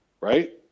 Right